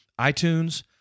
iTunes